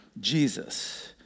Jesus